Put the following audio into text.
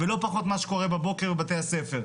ולא פחות ממה שקורה בבוקר בבתי הספר.